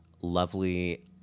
lovely